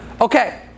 Okay